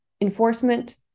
enforcement